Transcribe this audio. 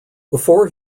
before